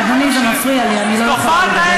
אדוני, זה מפריע לי, אני לא יכולה.